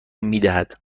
میدهد